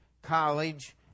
college